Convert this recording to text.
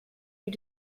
you